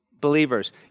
Believers